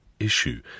issue